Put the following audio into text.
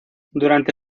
durante